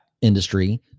industry